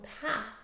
path